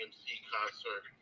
concert